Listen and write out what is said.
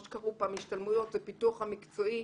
מה שקראו פעם השתלמויות והפיתוח המקצועי.